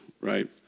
right